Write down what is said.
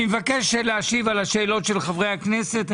אני מבקש להשיב על השאלות של חברי הכנסת.